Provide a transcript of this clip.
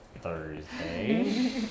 Thursday